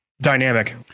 Dynamic